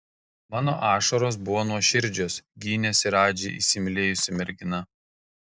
mano ašaros buvo nuoširdžios gynėsi radži įsimylėjusi mergina